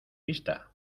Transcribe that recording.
vista